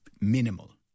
minimal